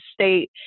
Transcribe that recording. state